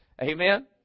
Amen